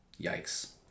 Yikes